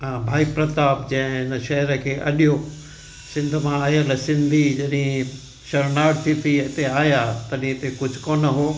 भाई प्रताप जंहिं हिन शहर खे अॾियो सिंध मां आयलु सिंधी जॾहिं शरणार्थी थी हिते आया तॾहिं हिते कुझु कोन हो